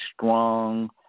strong